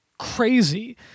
Crazy